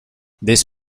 this